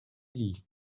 değil